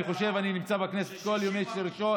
אני חושב שאני נמצא בכנסת בכל ימי שני,